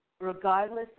regardless